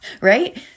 right